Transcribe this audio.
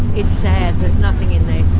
there's nothing in there.